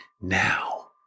now